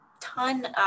ton